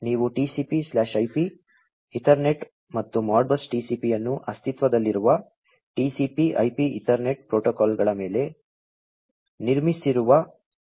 ಆದ್ದರಿಂದ ನೀವು TCPIP Ethernet ಮತ್ತು Modbus TCP ಅನ್ನು ಅಸ್ತಿತ್ವದಲ್ಲಿರುವ TCP IP ಈಥರ್ನೆಟ್ ಪ್ರೋಟೋಕಾಲ್ಗಳ ಮೇಲೆ ನಿರ್ಮಿಸಿರುವಿರಿ